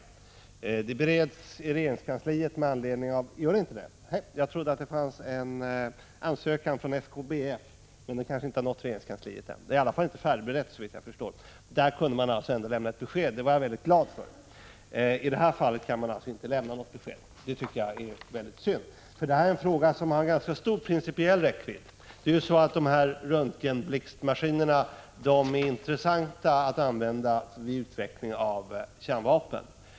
Den bereds för närvarande i regeringskansliet... Jag ser att statsrådet skakar på huvudet. Gör den inte det? Jag trodde att det fanns en ansökan från SKBF, men den kanske inte har nått regeringskansliet än? Frågan är i alla fall inte färdigberedd, såvitt jag förstår. I det fallet kunde man ändå lämna ett besked, och det var jag glad för. I det här fallet kan man däremot inte lämna något besked, och det tycker jag är synd. Detta är nämligen en fråga som har ganska stor principiell räckvidd. Röntgenblixtmaskinerna är intressanta att använda vid utveckling av kärnvapen.